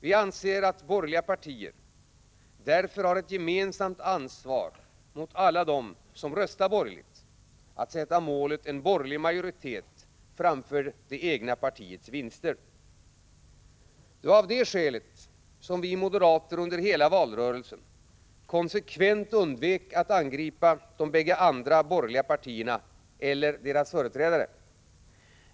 Vi anser att borgerliga partier därför har ett gemensamt ansvar mot alla dem som röstar borgerligt att sätta målet en borgerlig majoritet framför det egna partiets vinster. Det var av detta skäl som vi moderater under hela valrörelsen konsekvent undvek att angripa de båda andra borgerliga partierna eller deras företrädare.